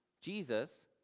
jesus